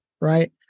right